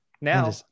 Now